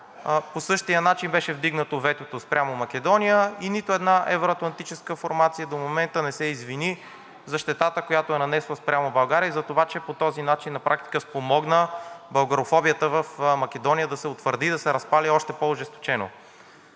по същия начин беше вдигнато ветото спрямо Македония и нито една евро-атлантическа формация до момента не се извини за щетата, която е нанесла спрямо България, и за това, че по този начин на практика спомогна българофобията в Македония да се утвърди и да се разпали още по-ожесточено.